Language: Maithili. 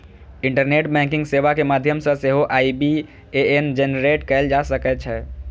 इंटरनेट बैंकिंग सेवा के माध्यम सं सेहो आई.बी.ए.एन जेनरेट कैल जा सकै छै